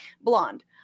Blonde